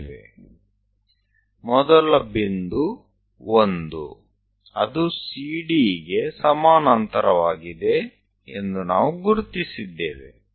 આપણે પ્રથમ બિંદુ 1 ને ઓળખી લીધેલું છે